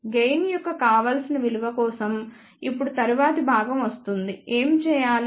gain యొక్క కావలసిన విలువ కోసం ఇప్పుడు తరువాతి భాగం వస్తుంది ఏమి చేయాలి